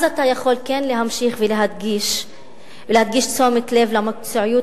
אז אתה יכול כן להמשיך ולהקדיש תשומת לב למקצועיות